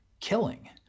killing